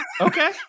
Okay